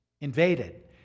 invaded